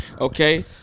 Okay